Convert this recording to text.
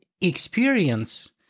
experience